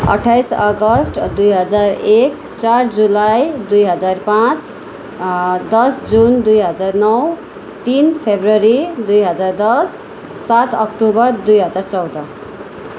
अट्ठइस अगस्ट दुई हजार एक चार जुलाई दुई हजार पाँच दस जुन दुई हजार नौ तिन फब्रुअरी दुई हजार दस सात अक्टोबर दुई हजार चौध